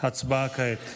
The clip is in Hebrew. הצבעה כעת.